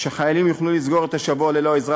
שחיילים יוכלו לסגור את השבוע ללא עזרה